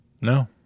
no